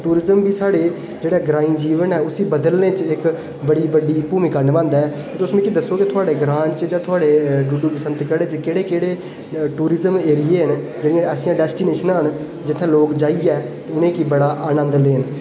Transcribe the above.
tourism दा जेह्ड़ा साढ़ा ग्राईं जीवन ऐ उस्सी बदलने च इक बड़ी बड्डी भूमिका निबांदा ऐ तुस मिगी दस्सो थुआड़े ग्रांऽ च थुआड़े डूड्डू बसंत गढ़ च केह्ड़े केह्ड़े टूरिज़म एरिये न जेह्ड़ियां ऐसी डैस्टिनेशनां न जित्थै लोक जाइयै उ'नेंगी बड़ा आनंद लैन